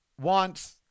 wants